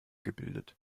gebildet